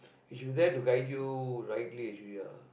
if he there to guide you rightly actually ah